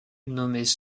nommés